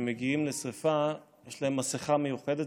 כשהם מגיעים לשרפה יש להם מסכה מיוחדת.